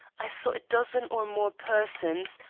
i saw a dozen or more persons,